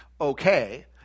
okay